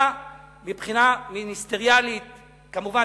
כמובן,